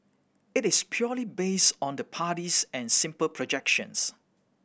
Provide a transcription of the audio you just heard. it is purely based on the parties and simple projections